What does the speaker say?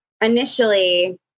initially